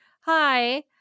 hi